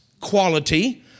quality